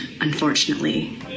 unfortunately